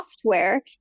software